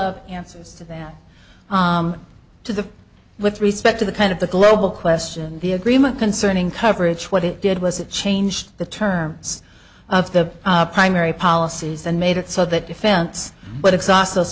of answers to that to the with respect to the kind of the global question the agreement concerning coverage what it did was it changed the terms of the primary policies and made it so that defense but exhaust